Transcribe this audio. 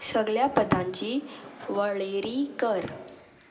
सगळ्या पदांची वळेरी कर